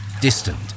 distant